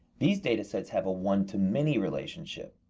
these data sets have a one-to-many relationship.